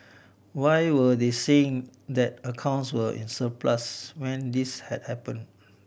why were they saying that accounts were in surplus when this had happen